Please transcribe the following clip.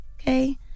okay